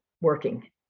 working